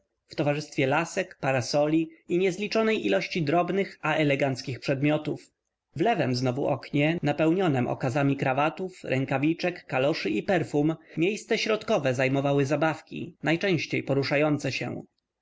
w towarzystwie lasek parasoli i niezliczonej ilości drobnych a eleganckich przedmiotów w lewem znowu oknie napełnionem okazami krawatów rękawiczek kaloszy i perfum miejsce środkowe zajmowały zabawki najczęściej poruszające się